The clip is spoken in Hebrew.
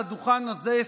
לדוכן הזה,